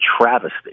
travesty